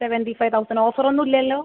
seventy five thousand offer ഒന്നും ഇല്ലല്ലൊ